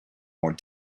more